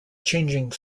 changing